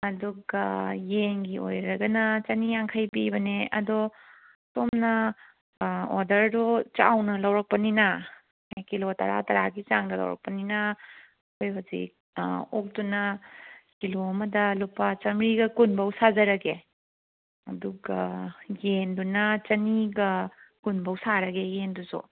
ꯑꯗꯨꯒ ꯌꯦꯟꯒꯤ ꯑꯣꯏꯔꯒꯅ ꯆꯅꯤ ꯌꯥꯡꯈꯩ ꯄꯤꯕꯅꯦ ꯑꯗꯣ ꯁꯣꯝꯅ ꯑꯣꯗꯔꯗꯣ ꯆꯥꯎꯅ ꯂꯧꯔꯛꯄꯅꯤꯅ ꯀꯤꯂꯣ ꯇꯔꯥ ꯇꯔꯥꯒꯤ ꯆꯥꯡꯗ ꯂꯧꯔꯛꯄꯅꯤꯅ ꯑꯩꯈꯣꯏ ꯍꯧꯖꯤꯛ ꯑꯣꯛꯇꯨꯅ ꯀꯤꯂꯣ ꯑꯃꯗ ꯂꯨꯄꯥ ꯆꯥꯃꯔꯤꯒ ꯀꯨꯟ ꯐꯥꯎꯕ ꯁꯥꯖꯔꯒꯦ ꯑꯗꯨꯒ ꯌꯦꯟꯗꯨꯅ ꯆꯅꯤꯒ ꯀꯨꯟ ꯐꯥꯎ ꯁꯥꯔꯒꯦ ꯌꯦꯟꯗꯨꯁꯨ